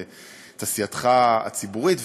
ואת עשייתך הציבורית,